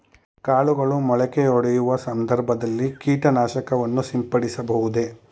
ಕಾಳುಗಳು ಮೊಳಕೆಯೊಡೆಯುವ ಸಂದರ್ಭದಲ್ಲಿ ಕೀಟನಾಶಕವನ್ನು ಸಿಂಪಡಿಸಬಹುದೇ?